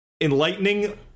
enlightening